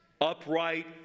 upright